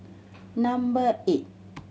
number eight